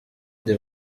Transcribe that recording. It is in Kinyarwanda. the